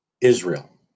Israel